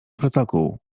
protokół